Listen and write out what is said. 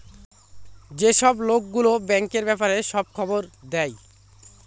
যেসব লোক গুলো ব্যাঙ্কের ব্যাপারে সব খবর দেয়